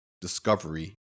discovery